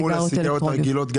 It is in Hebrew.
מול הסיגריות הרגילות.